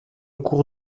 cour